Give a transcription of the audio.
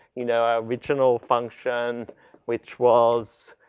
you know, our original function which was